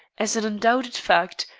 as an undoubted fact,